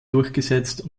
durchgesetzt